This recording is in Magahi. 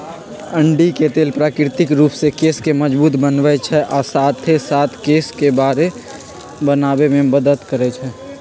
अंडी के तेल प्राकृतिक रूप से केश के मजबूत बनबई छई आ साथे साथ केश के बरो बनावे में मदद करई छई